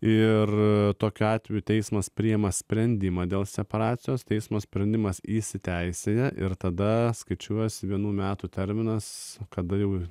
ir tokiu atveju teismas priima sprendimą dėl separacijos teismo sprendimas įsiteisėja ir tada skaičiuos vienų metų terminas kada jau